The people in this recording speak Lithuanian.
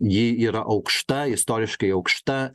ji yra aukšta istoriškai aukšta